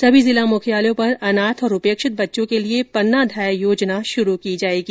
सभी जिला मुख्यालयों पर अनाथ और उर्पेक्षित बच्चों के लिए पन्नाधाय योजना शरू की जाएगी